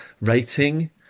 rating